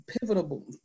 pivotal